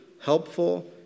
helpful